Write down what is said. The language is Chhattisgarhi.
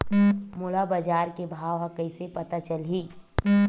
मोला बजार के भाव ह कइसे पता चलही?